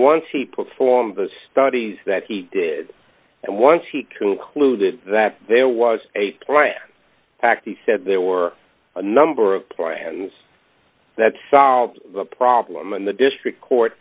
once he performed the studies that he did and once he concluded that there was a pact he said there were a number of plans that solved the problem and the district court